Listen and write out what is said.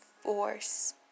force